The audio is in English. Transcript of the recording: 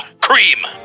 cream